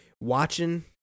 Watching